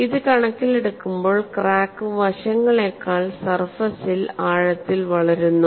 ഇത് കണക്കിലെടുക്കുമ്പോൾ ക്രാക്ക് വശങ്ങളേക്കാൾ സർഫസിൽ ആഴത്തിൽ വളരുന്നു